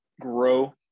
grow